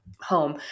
home